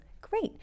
Great